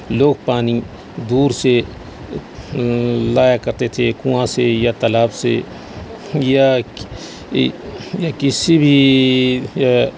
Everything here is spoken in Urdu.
لوگ پانی دور سے لایا کرتے تھے کنواں سے یا تالاب سے یا کسی بھی